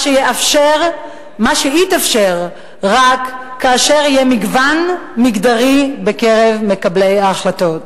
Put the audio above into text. מה שיתאפשר רק כאשר יהיה מגוון מגדרי בקרב מקבלי ההחלטות,